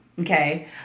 Okay